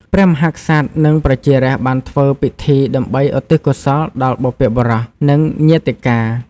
ព្រះមហាក្សត្រ និងប្រជារាស្ត្របានធ្វើពិធីដើម្បីឧទ្ទិសកុសលដល់បុព្វបុរស និងញាតិកា។